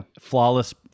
Flawless